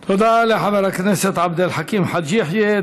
תודה, תודה לחבר הכנסת עבד אל חכים חאג' יחיא.